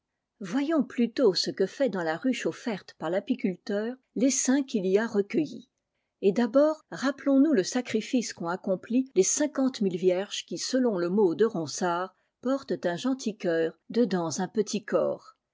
voyons plutôt ce que fait dans la ruche offerte par l'apiculteur tessaim qu'il y a recueilli et d'abord rappelons nous le sacrifice qu'ont accompli les cinquante mille vierges qui selon le mot de ronsard portent un gentil cœur dedans un petit corps